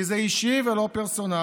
כי זה אישי ולא פרסונלי.